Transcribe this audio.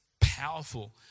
powerful